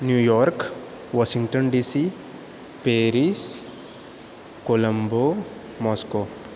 New York Washington DC Paris Colombo Moscow